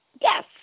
Yes